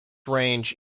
range